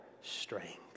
strength